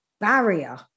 barrier